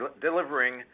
delivering